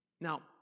Now